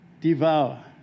devour